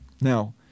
Now